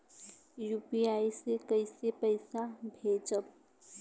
UPI से कईसे पैसा भेजब?